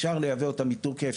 אפשר לייבא אותם מטורקיה,